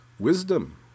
Wisdom